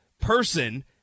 person